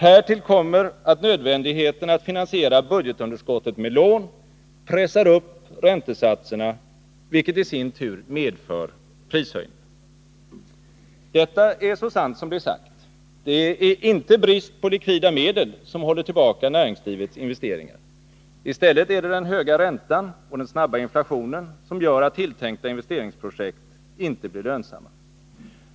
Härtill kommer att nödvändigheten att finansiera budgetunderskottet med lån pressar upp räntesatserna, vilket i sin tur medför prishöjningar.” Detta är så sant som det är sagt. Det är inte brist på likvida medel som håller tillbaka näringslivets investeringar. I stället är det den höga räntan och den snabba inflationen som gör att tilltänkta investeringsprojekt inte blir lönsamma.